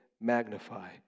magnify